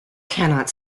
cannot